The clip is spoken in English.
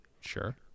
Sure